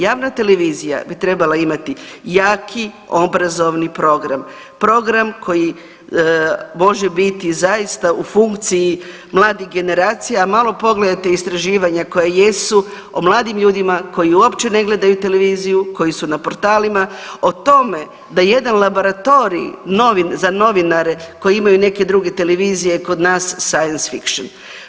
Javna televizija bi trebala imati jaki obrazovni program, program koji može biti zaista u funkciji mladih generacija, malo pogledajte istraživanja koja jesu o mladim ljudima koji uopće ne gledaju televiziju, koji su na portalima, o tome da jedan laboratorij za novinare koji imaju neke druge televizije kod nas science fiction.